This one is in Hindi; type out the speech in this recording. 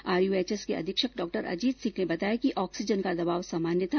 आरयूएएचएस के अधीक्षक डॉ अजीत सिंह ने बताया कि आक्सीजन का दबाव सामान्य था